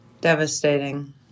Devastating